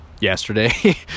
Yesterday